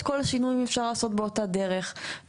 אבל שזה מגיע בדרך של הקלה אתה מקבל,